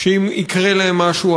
שאם יקרה להם משהו,